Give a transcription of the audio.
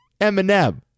Eminem